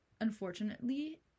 unfortunately